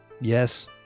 Yes